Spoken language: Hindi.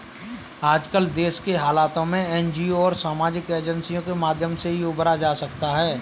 आजकल देश के हालातों से एनजीओ और सामाजिक एजेंसी के माध्यम से ही उबरा जा सकता है